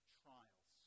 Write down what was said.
trials